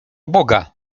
boga